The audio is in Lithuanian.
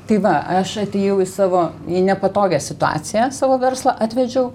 tai va aš atėjau į savo į nepatogią situaciją savo verslą atvedžiau